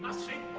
ah sing